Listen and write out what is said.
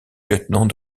lieutenant